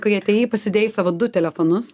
kai atėjai pasidėjai savo du telefonus